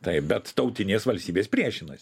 taip bet tautinės valstybės priešinas